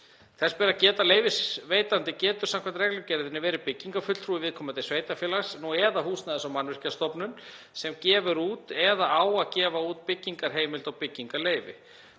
Þess ber að geta að leyfisveitandi getur samkvæmt reglugerðinni verið byggingarfulltrúi viðkomandi sveitarfélags eða Húsnæðis- og mannvirkjastofnun sem gefur út eða á að gefa út byggingarheimild og byggingarleyfi.